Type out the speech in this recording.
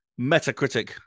Metacritic